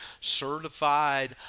certified